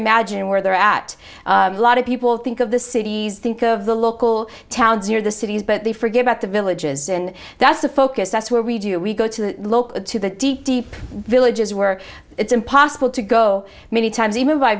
imagine where they're at a lot of people think of the cities think of the local towns or the cities but they forget about the villages and that's the focus that's where we do we go to the local to the deep deep villages where it's impossible to go many times even by